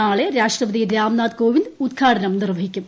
നാളെ രാഷ്ട്രപതി രാംനാഥ് കോവിന്ദ് ഉദ്ഘാടനം നിർവഹിക്കും